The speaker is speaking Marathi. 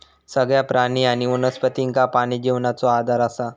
सगळ्या प्राणी आणि वनस्पतींका पाणी जिवनाचो आधार असा